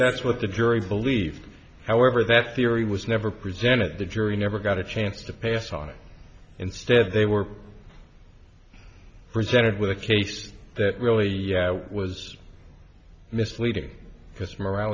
that's what the jury believed however that theory was never presented the jury never got a chance to pass on it instead they were presented with a case that really was misleading because morale